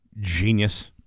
genius